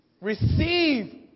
Receive